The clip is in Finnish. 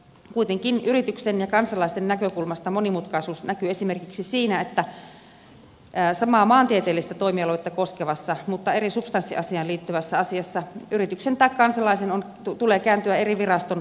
kuitenkin yrityksen ja kansalaisten näkökulmasta monimutkaisuus näkyy esimerkiksi siinä että samaa maantieteellistä toimialuetta koskevassa mutta eri substanssiasiaan liittyvässä asiassa yrityksen tai kansalaisen tulee kääntyä eri viraston puoleen